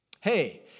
hey